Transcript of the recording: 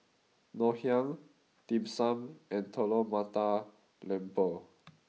Ngoh Hiang Dim Sum and Telur Mata Lembu